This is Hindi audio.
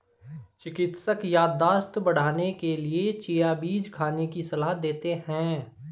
चिकित्सक याददाश्त बढ़ाने के लिए चिया बीज खाने की सलाह देते हैं